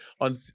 on